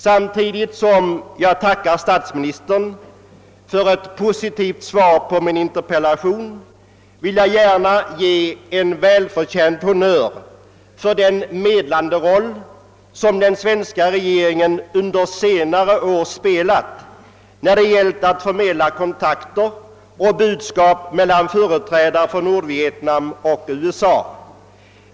Samtidigt som jag tackar statsministern för ett positivt svar på min interpellation vill jag gärna ge en välförtjänt honnör för den medlande roll som den svenska regeringen under senare år spelat när det gällt att förmedla kontakter och budskap mellan företrädare för Nordvietnam och USA.